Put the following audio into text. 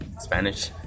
Spanish